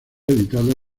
editado